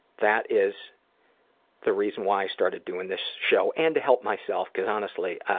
that is the reason why i started doing this show, and to help myself, because honestly